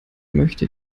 möchte